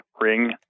ring